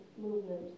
movement